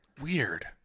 weird